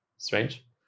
strange